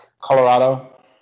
Colorado